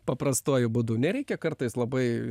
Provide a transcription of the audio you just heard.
paprastuoju būdu nereikia kartais labai